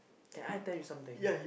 can I tell you something